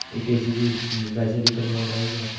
ਇੱਕ A C ਦੀ ਵੈਸੇ ਦਿੱਕਤ ਬਹੁਤ ਆਈ ਹੈ